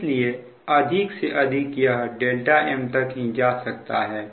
इसलिए अधिक से अधिक यह m तक ही जा सकता है